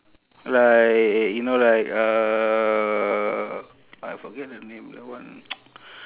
like you know like uh I forget the name the one